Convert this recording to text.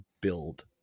build